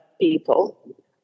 people